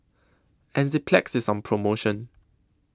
Enzyplex IS on promotion